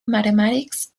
mathematics